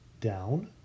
down